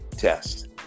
test